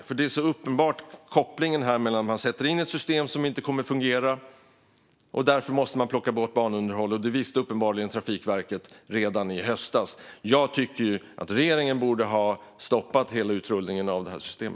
Kopplingen är nämligen så uppenbar mellan att man sätter in ett system som inte kommer att fungera och att man därför måste plocka bort banunderhåll. Detta visste uppenbarligen Trafikverket redan i höstas. Jag tycker att regeringen borde ha stoppat hela utrullningen av detta system.